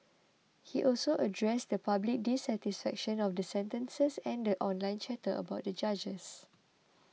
he also addressed the public dissatisfaction of the sentences and the online chatter about the judges